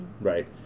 right